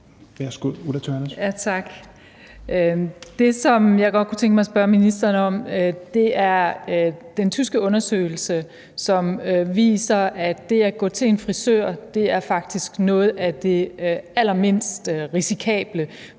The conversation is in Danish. Det, som jeg godt kunne tænke mig at spørge ministeren om, er i forbindelse med den tyske undersøgelse, som viser, at det at gå til en frisør faktisk er noget af det allermindst risikable,